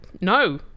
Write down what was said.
No